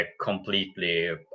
completely